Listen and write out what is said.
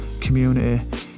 community